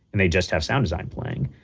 and they just have sound design playing,